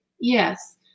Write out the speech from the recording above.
Yes